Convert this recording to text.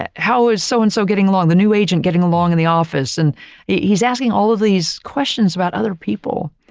ah how is so and so getting along, the new agent getting along in the office, and he's asking all of these questions about other people,